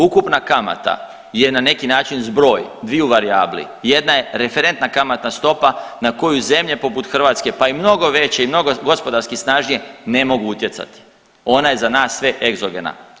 Ukupna kamata je na neki način zbroj dviju varijabli, jedna je referentna kamatna stopa na koju zemlje poput Hrvatske, pa i mnogo veće i mnogo gospodarski snažnije ne mogu utjecati, ona je za nas sve egzogena.